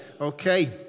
Okay